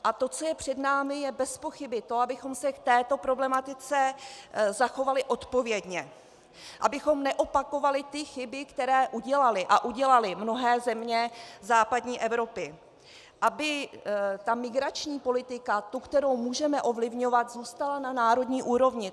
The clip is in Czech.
A to, co je před námi, je bezpochyby to, abychom se k této problematice zachovali odpovědně, abychom neopakovali chyby, které udělaly mnohé země západní Evropy, aby migrační politika, ta, kterou můžeme ovlivňovat, zůstala na národní úrovni.